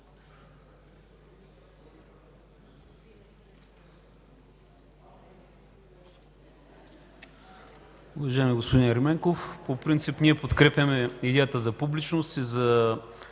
Уважаеми господин Ерменков, по принцип подкрепяме идеята за публичност и да